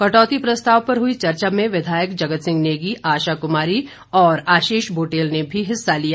कटौती प्रस्ताव पर हुई चर्चा में विधायक जगत सिंह नेगी आशा कुमारी और आशीष बुटेल ने भी हिस्सा लिया